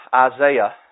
Isaiah